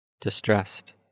Distressed